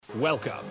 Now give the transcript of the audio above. Welcome